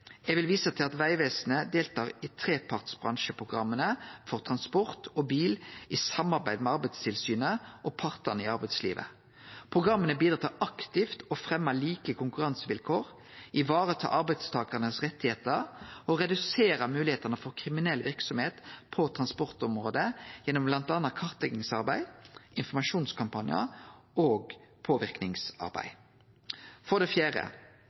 Eg vil vise til at Vegvesenet deltar i trepartsbransjeprogramma for transport og bil i samarbeid med Arbeidstilsynet og partane i arbeidslivet. Programma bidrar til aktivt å fremje like konkurransevilkår, vareta rettane til arbeidstakarane og redusere moglegheitene for kriminell verksemd på transportområdet gjennom bl.a. kartleggingsarbeid, informasjonskampanjar og påverkingsarbeid. For det fjerde: